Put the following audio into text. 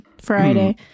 Friday